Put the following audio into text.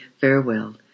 farewell